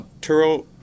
Turo